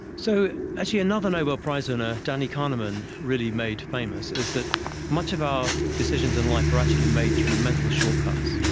so actually another nobel prize winner, danny kahneman, really made famous is that much of our decisions in life are actually made through mental shortcuts.